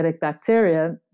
bacteria